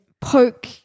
poke